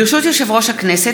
ברשות יושב-ראש הכנסת,